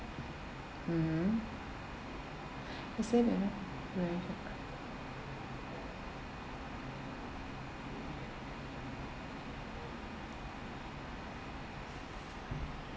mmhmm it say like that